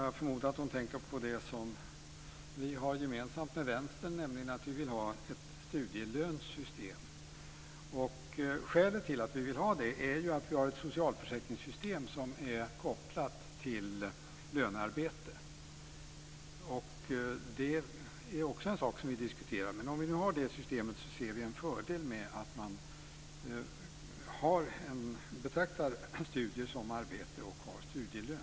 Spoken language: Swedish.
Jag förmodar att hon tänker på det som vi har gemensamt med Vänstern, nämligen att vi vill ha ett studielönssystem. Skälet till att vi vill ha det är att vi har ett socialförsäkringssystem som är kopplat till lönearbete. Det är också en sak som vi diskuterar. Men om vi nu har det systemet ser vi en fördel med att man betraktar studier som arbete och har studielön.